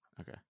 Okay